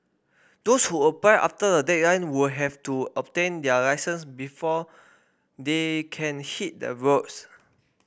those who apply after the deadline will have to obtain their licence before they can hit the roads